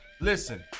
Listen